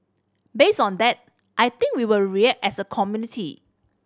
based on that I think we will react as a community